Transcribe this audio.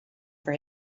for